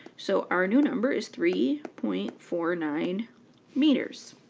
so our new number is three point four nine meters.